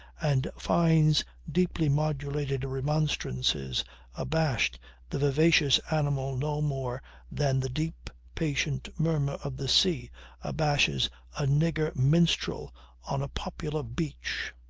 and fyne's deeply modulated remonstrances abashed the vivacious animal no more than the deep, patient murmur of the sea abashes a nigger minstrel on a popular beach.